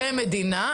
כמדינה,